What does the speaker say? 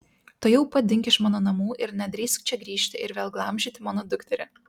tuojau pat dink iš mano namų ir nedrįsk čia grįžti ir vėl glamžyti mano dukterį